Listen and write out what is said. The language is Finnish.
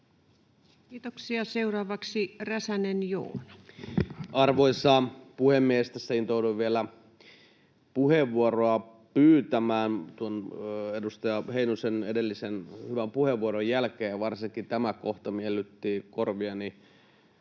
turvaamisesta Time: 22:03 Content: Arvoisa puhemies! Tässä intouduin vielä puheenvuoroa pyytämään tuon edustaja Heinosen edellisen hyvän puheenvuoron jälkeen, ja varsinkin tämä kohta miellytti korviani